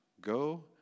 Go